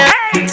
Hey